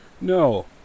No